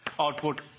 Output